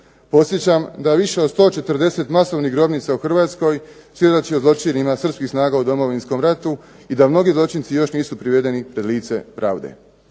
Podsjećam da više od 140 masovnih grobnica u Hrvatskoj svjedoči o zločinima Srpskih snaga u Domovinskom ratu i da mnogi zločinci još nisu privedeni pred lice pravde.